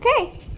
Okay